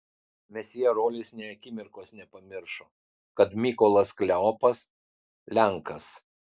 mesjė rolis nė akimirkos nepamiršo kad mykolas kleopas lenkas